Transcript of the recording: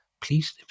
please